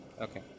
Okay